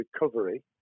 recovery